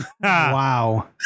Wow